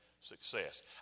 success